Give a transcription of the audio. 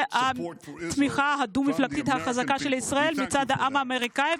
ולתמיכה הדו-מפלגתית החזקה בישראל מצד העם האמריקאי,